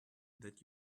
that